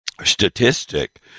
statistic